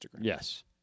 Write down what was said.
Yes